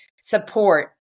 support